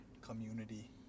community